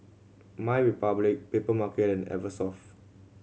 MyRepublic Papermarket and Eversoft